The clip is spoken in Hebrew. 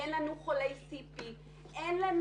אין לנו חולי CP. אין.